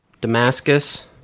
Damascus